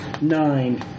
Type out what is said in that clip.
nine